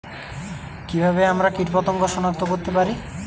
কিভাবে আমরা কীটপতঙ্গ সনাক্ত করতে পারি?